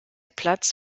platz